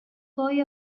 boy